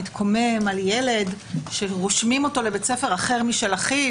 מתקומם על ילד שרושמים אותו לבית ספר אחר משל אחיו.